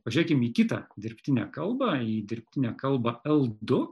pažiūrėkim į kitą dirbtinę kalbą į dirbtinę kalbą el du